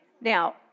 Now